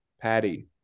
Patty